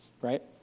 Right